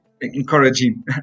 Encouraging